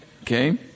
Okay